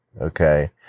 okay